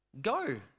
go